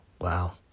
Wow